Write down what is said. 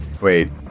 wait